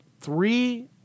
three